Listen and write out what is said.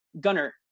gunner